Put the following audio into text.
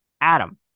Adam